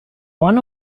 one